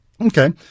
Okay